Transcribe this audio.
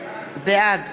בעד